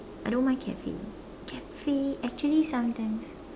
I don't mind cafe cafe actually sometimes